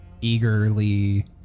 eagerly